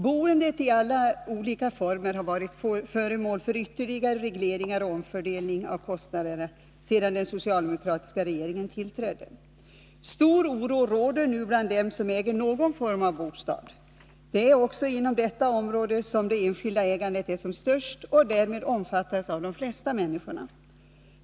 Boendet i alla dess olika former har varit föremål för ytterligare regleringar och för omfördelning av kostnaderna sedan den socialdemokratiska regeringen tillträdde. Stor oro råder nu bland dem som äger någon form av bostad. Det är också inom detta område som det enskilda ägandet är som störst, och det omfattas därmed av de flesta människor.